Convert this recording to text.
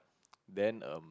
then um